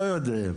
לא יודעים.